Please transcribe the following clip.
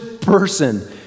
person